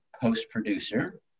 post-producer